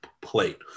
Plate